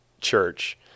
church